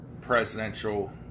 presidential